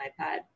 iPad